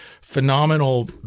phenomenal